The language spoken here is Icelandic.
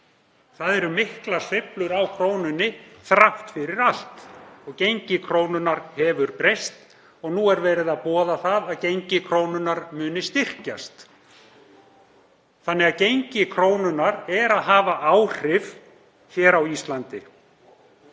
það eru miklar sveiflur á krónunni þrátt fyrir allt. Gengi krónunnar hefur breyst og nú er verið að boða það að gengi krónunnar muni styrkjast. Þannig að gengi krónunnar hefur áhrif hér á Íslandi.